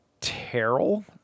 Terrell